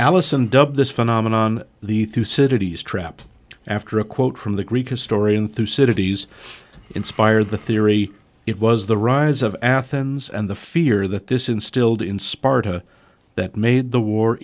alison dubbed this phenomenon the through cities trapped after a quote from the greek historian through cities inspired the theory it was the rise of athens and the fear that this instilled in sparta that made the war